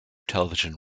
television